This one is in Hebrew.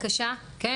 זולת.